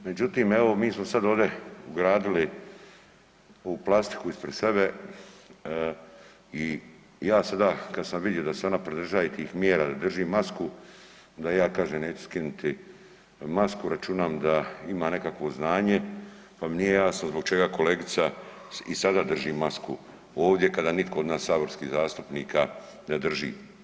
Međutim evo mi smo sad ovdje ugradili ovu plastiku ispred sebe i ja sada kad sam vidio da se ona pridržaje tih mjera da drži masku onda i ja kažem neću skinuti masku računam da ima nekakvo znanje pa mi nije jasno zbog čega kolegica i sada drži masku ovdje kada nitko od nas saborskih zastupnika ne drži.